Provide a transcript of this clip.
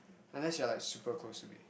unless you are like super close to me